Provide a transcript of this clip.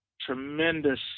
tremendous